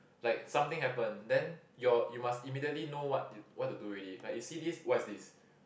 like something happen then your you must immediately know what to what to do already like if you see this what is this